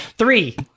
Three